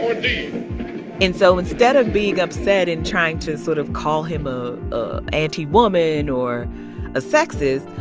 ah and so instead of being upset and trying to sort of call him ah a anti-woman or a sexist,